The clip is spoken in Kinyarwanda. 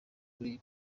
kuri